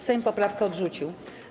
Sejm poprawkę odrzucił.